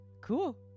Cool